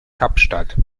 kapstadt